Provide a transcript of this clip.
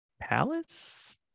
palace